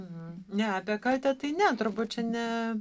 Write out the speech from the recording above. ne apie kaltę tai ne turbūt čia ne